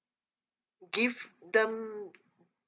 give them